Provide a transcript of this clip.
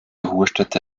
ruhestätte